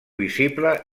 visible